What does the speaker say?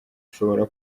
ushobora